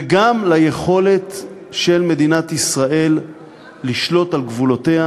וגם ליכולת של מדינת ישראל לשלוט על גבולותיה,